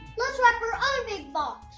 let's wrap our own big box.